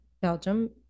Belgium